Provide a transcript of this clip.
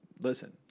listen